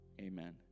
Amen